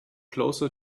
closer